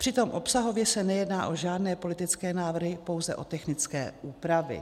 Přitom obsahově se nejedná o žádné politické návrhy, pouze o technické úpravy.